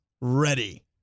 ready